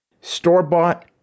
store-bought